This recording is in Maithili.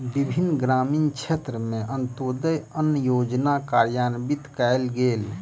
विभिन्न ग्रामीण क्षेत्र में अन्त्योदय अन्न योजना कार्यान्वित कयल गेल